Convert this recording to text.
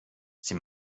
sie